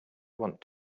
want